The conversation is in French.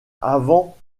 avant